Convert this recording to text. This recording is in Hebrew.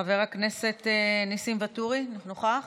חבר הכנסת ניסים ואטורי, נוכח?